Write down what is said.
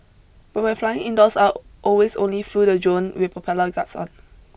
but when flying indoors I always only flew the drone with propeller guards on